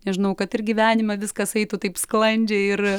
nežinau kad ir gyvenime viskas eitų taip sklandžiai ir